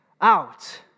out